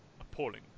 appalling